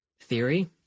theory